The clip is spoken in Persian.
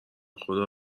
خدا